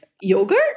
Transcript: yogurt